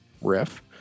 riff